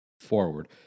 forward